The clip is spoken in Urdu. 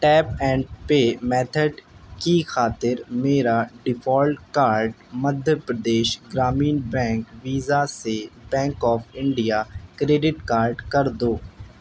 ٹیپ اینڈ پے میتھڈ کی خاطر میرا default card Madhya Pradesh Gramin bank Visa سے bank of India credit card کر دو